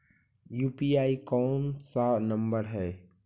UPI कोन सा नम्बर हैं?